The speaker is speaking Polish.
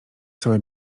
całe